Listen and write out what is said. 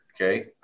okay